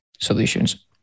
solutions